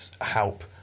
help